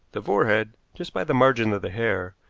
the forehead, just by the margin of the hair,